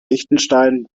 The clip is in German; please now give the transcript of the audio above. liechtenstein